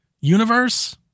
universe